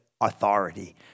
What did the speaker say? authority